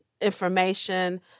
information